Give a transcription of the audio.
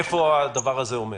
איפה הדבר הזה עומד?